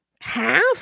half